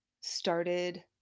started